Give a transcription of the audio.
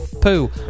poo